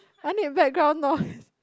I need background noise